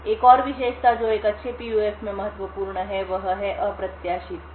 एक और विशेषता जो एक अच्छे PUF में महत्वपूर्ण है वह है अप्रत्याशितता